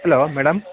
hello madam